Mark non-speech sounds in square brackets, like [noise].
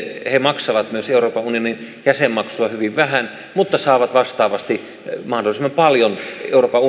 he maksavat myös euroopan unionin jäsenmaksua hyvin vähän mutta saavat vastaavasti mahdollisimman paljon euroopan [unintelligible]